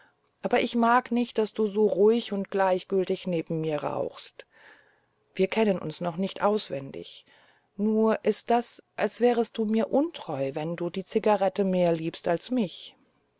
aber ich mag nicht daß du so ruhig und gleichgültig neben mir rauchst wir kennen uns noch nicht auswendig nur ist das als wärest du mir untreu wenn du die zigarette mehr liebst als mich